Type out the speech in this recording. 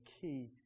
key